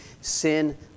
Sin